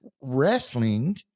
wrestling